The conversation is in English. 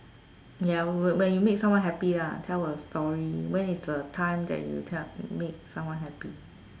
ya wh~ when you make someone happy ah tell a story when is a time that you made someone happy